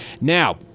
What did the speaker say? now